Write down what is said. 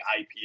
IPA